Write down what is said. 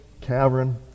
cavern